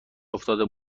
افتاده